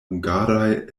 hungaraj